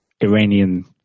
Iranian